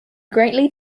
greatly